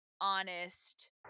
honest